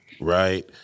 Right